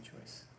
choice